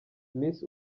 miss